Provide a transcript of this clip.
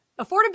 affordability